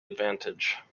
advantage